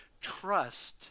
trust